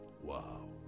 Wow